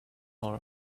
our